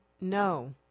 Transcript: no